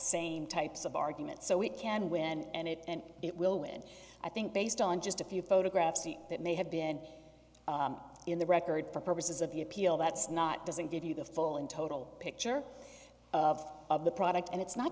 same types of arguments so we can win and it and it will win i think based on just a few photographs that may have been in the record for purposes of the appeal that's not doesn't give you the full and total picture of of the product and it's not